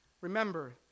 Remember